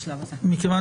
מכיוון